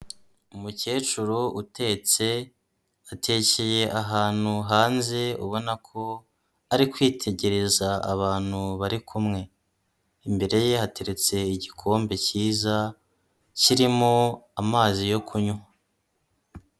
Umukecuru utetse atekeye ahantu hanze ubona ko ari kwitegereza abantu bari kumwe. Imbere ye hateretse igikombe cyiza kirimo amazi yo kunywa.